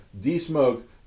D-Smoke